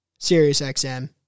SiriusXM